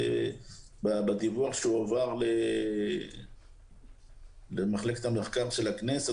בדיווח שהועבר למרכז המחקר של הכנסת,